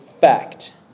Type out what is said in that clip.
fact